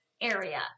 area